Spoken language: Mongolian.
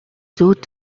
зүүд